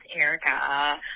Erica